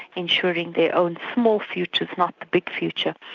ensuring their own small future, not the big future.